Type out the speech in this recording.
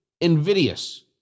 invidious